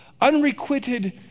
unrequited